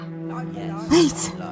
Wait